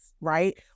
right